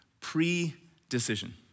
Pre-decision